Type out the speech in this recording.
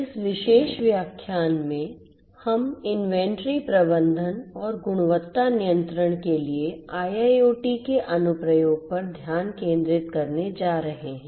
इस विशेष व्याख्यान में हम इन्वेंट्री प्रबंधन और गुणवत्ता नियंत्रण के लिए IIoT के अनुप्रयोग पर ध्यान केंद्रित करने जा रहे हैं